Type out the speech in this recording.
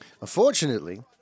Unfortunately